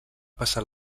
passar